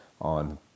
on